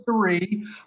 three